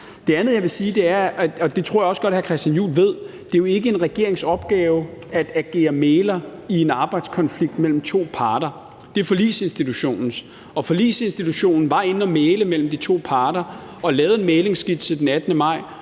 Det andet, jeg vil sige, er – og det tror jeg også godt hr. Christian Juhl ved – at det jo ikke er en regerings opgave at agere mægler i en arbejdskonflikt mellem to parter, det er Forligsinstitutionens. Og Forligsinstitutionen var inde at mægle mellem de to parter og lavede en mæglingsskitse den 18. maj,